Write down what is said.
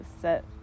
set